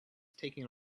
taking